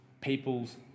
people's